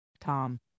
Tom